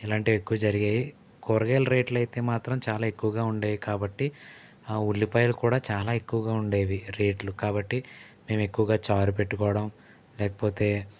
ఇలాంటివి ఎక్కువ జరిగేవి కూరగాయల రేట్లయితే మాత్రం చాలా ఎక్కువగా ఉండేవి కాబట్టి ఉల్లిపాయలు కూడా చాలా ఎక్కువగా ఉండేవి రేట్లు కాబట్టి మేము ఎక్కువగా చారు పెట్టుకోవడం లేకపోతే